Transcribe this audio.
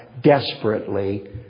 desperately